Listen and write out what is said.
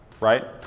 right